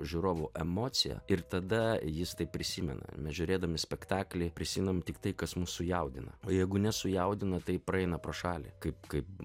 žiūrovų emociją ir tada jis taip prisimena mes žiūrėdami spektaklį prisimenam tiktai kas mus sujaudina o jeigu nesujaudina tai praeina pro šalį kaip kaip